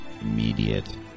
Immediate